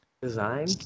design